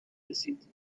رسید